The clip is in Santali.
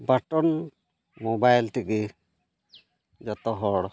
ᱵᱟᱴᱚᱱ ᱢᱳᱵᱟᱭᱤᱞ ᱛᱮᱜᱮ ᱡᱚᱛᱚᱦᱚᱲ